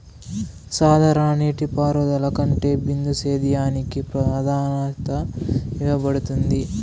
సాధారణ నీటిపారుదల కంటే బిందు సేద్యానికి ప్రాధాన్యత ఇవ్వబడుతుంది